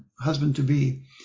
husband-to-be